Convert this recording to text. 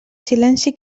silenci